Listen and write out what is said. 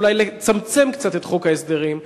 אולי לצמצם קצת את חוק ההסדרים ולראות.